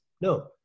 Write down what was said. No